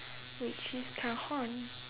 which is cajon